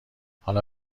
حالا